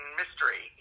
mystery